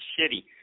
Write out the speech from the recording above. shitty